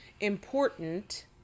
important